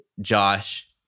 Josh